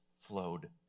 flowed